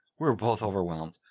we're both overwhelmed.